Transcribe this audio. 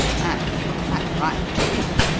and quite right, too,